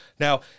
Now